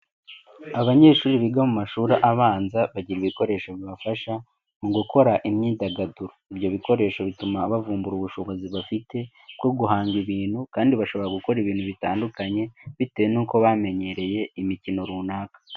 Abanyeshuri biga mu mashuri abanza bagira ibikoresho bibafasha mu gukora imyidagaduro. Ibyo bikoresho bituma bavumbura ubushobozi bafite bwo guhanga ibintu kandi bashobora gukora ibintu bitandukanye bitewe n'uko bamenyereye imikino runaka.